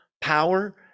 power